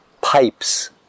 pipes